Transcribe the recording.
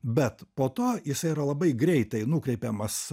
bet po to jisai yra labai greitai nukreipiamas